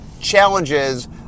challenges